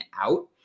out